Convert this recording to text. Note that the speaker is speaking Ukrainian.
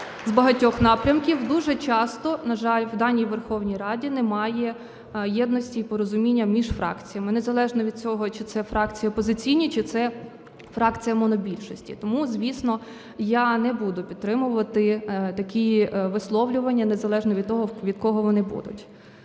з багатьох напрямків. Дуже часто, на жаль, в даній Верховній Раді немає єдності і порозуміння між фракціями, незалежно від того, чи це фракції опозиційні, чи це фракція монобільшості. Тому, звісно, я не буду підтримувати такі висловлювання, незалежно від того, від кого вони будуть.